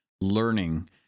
learning